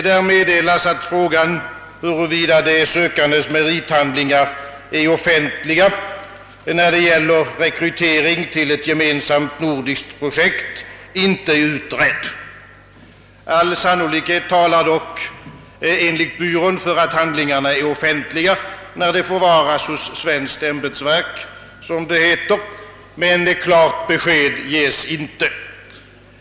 Där meddelas, att frågan huruvida de sökandes merithandlingar är offentliga, när det gäller rekrytering till ett gemensamt nordiskt projekt, inte är utredd. All sannolikhet talar dock enligt byrån för att handlingarna är offentliga, när de förvaras hos svenskt ämbetsverk, som det heter, men ett klart besked ges inte.